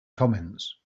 comments